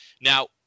now